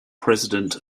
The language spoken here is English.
president